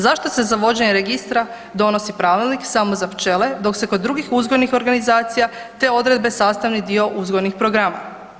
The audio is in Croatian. Zašto se za vođenje registra donosi pravilnik samo za pčele dok su kod drugih uzgojnih organizacija te odredbe sastavni dio uzgojnih programa?